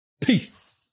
peace